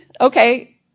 Okay